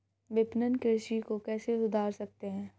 विपणन कृषि को कैसे सुधार सकते हैं?